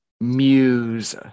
muse